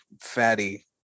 fatty